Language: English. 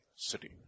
city